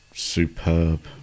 Superb